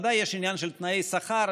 ודאי יש עניין של תנאי שכר,